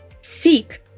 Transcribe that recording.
Seek